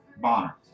Bonner